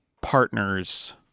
Partners